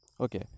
Okay